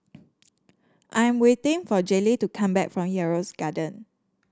I'm waiting for Jayleen to come back from Yarrow Gardens